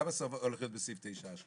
כמה הולך להיות בסעיף 9?